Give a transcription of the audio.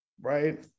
right